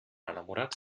enamorats